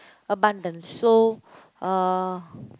abundance so uh